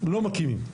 לא מקימים.